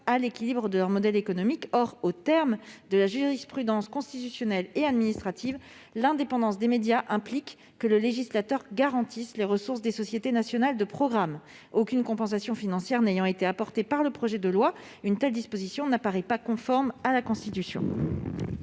à l'équilibre de leur modèle économique. Or, aux termes de la jurisprudence constitutionnelle et administrative, l'indépendance des médias implique que le législateur garantisse les ressources des sociétés nationales de programme. Aucune compensation financière n'ayant été apportée par le projet de loi, une telle disposition n'apparaît pas conforme à la Constitution.